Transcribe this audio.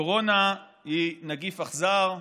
הקורונה היא נגיף אכזר,